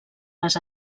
les